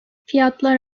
fiyatlar